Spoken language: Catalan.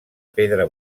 pedra